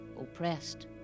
oppressed